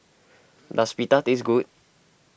does Pita taste good